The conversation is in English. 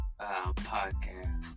podcast